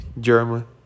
German